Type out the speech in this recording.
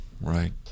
Right